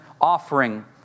offering